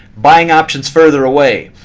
buying options further away.